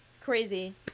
Crazy